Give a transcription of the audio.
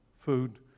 food